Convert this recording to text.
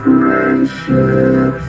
Friendship